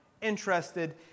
interested